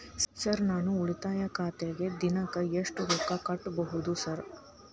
Sir ನಾನು ಉಳಿತಾಯ ಖಾತೆಗೆ ದಿನಕ್ಕ ಎಷ್ಟು ರೊಕ್ಕಾ ಕಟ್ಟುಬಹುದು ಸರ್?